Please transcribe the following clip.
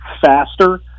faster